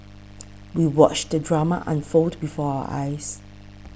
we watched the drama unfold before our eyes